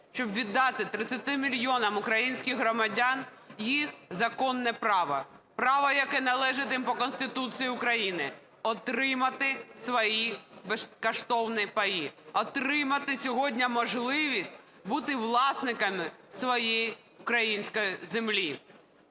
щоб віддати 30 мільйонам українських громадян їх законне право, право, яке належить їм по Конституції України, отримати свої безкоштовні паї, отримати сьогодні можливість бути власниками своєї української землі.